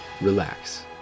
relax